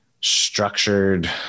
structured